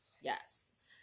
Yes